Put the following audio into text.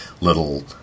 little